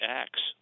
acts